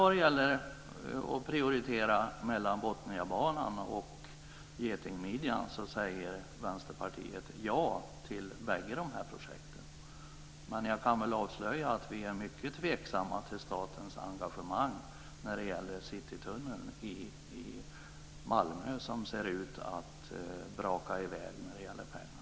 Vad gäller att prioritera mellan Botniabanan och getingmidjan säger Vänsterpartiet ja till bägge projekten. Men jag kan väl avslöja att vi är mycket tveksamma till statens engagemang när det gäller citytunneln i Malmö, som ser ut att braka i väg när det gäller pengarna.